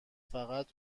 فقط